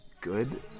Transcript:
good